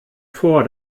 vor